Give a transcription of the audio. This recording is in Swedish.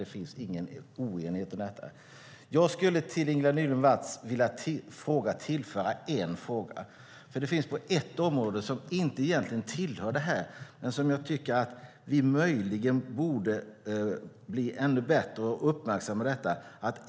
Det finns ingen oenighet om detta. Jag skulle till Ingela Nylund Watz vilja tillföra en fråga. Det finns ett område som inte egentligen tillhör det här men som jag tycker att vi möjligen borde bli ännu bättre på och uppmärksamma.